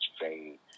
fade